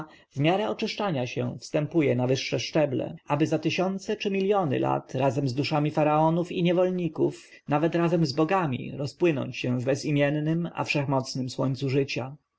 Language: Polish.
miarę oczyszczania się wstępuje na wyższe szczeble aby za tysiące czy miljony lat razem z duszami faraonów i niewolników nawet razem z bogami rozpłynąć się w bezimiennym a wszechmocnym ojcu życia